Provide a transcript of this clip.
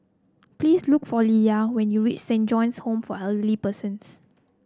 please look for Lea when you reach Saint John's Home for Elderly Persons